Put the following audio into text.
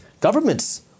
Governments